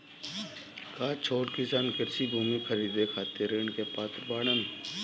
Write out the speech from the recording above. का छोट किसान कृषि भूमि खरीदे खातिर ऋण के पात्र बाडन?